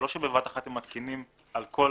זה לא שבבת אחת הם מתקינים על כל